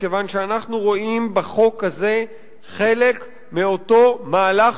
מכיוון שאנחנו רואים בחוק הזה חלק מאותו מהלך